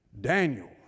Daniel